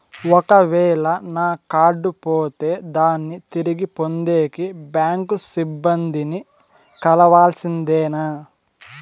ఒక వేల నా కార్డు పోతే దాన్ని తిరిగి పొందేకి, బ్యాంకు సిబ్బంది ని కలవాల్సిందేనా?